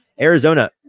Arizona